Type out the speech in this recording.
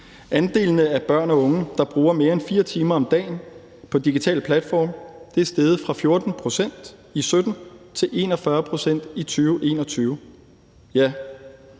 Andelen af børn og unge, der bruger mere end 4 timer om dagen på digitale platforme, er steget fra 14 pct. i 2017 til 41 pct. i 2021. Ja,